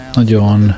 nagyon